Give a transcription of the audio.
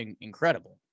incredible